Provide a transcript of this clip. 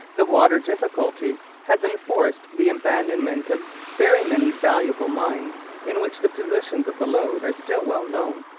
the water difficulty has enforced the abandonment of very many valuable mines in which the positions of the lodes are still well known.